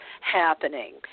happening